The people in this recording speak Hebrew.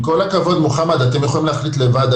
עם כל הכבוד, מוחמד, אתם יכולים להחליט לבד.